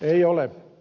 ei ole